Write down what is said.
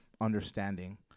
understanding